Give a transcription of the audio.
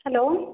hello